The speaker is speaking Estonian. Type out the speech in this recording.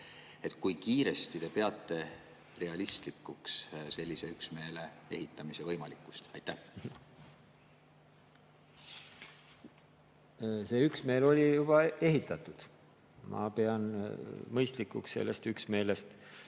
kui kiiresti te peate realistlikuks selle üksmeele ehitamist. See üksmeel oli juba ehitatud. Ma pean mõistlikuks sellest üksmeelest